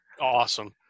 awesome